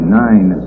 nine